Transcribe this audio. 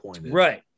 right